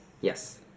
Yes